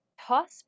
toss